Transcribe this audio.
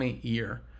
year